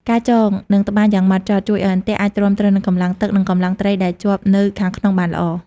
ការចង និងត្បាញយ៉ាងហ្មត់ចត់ ជួយឲ្យអន្ទាក់អាចទ្រាំទ្រនឹងកម្លាំងទឹក និងកម្លាំងត្រីដែលជាប់នៅខាងក្នុងបានល្អ។